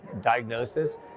diagnosis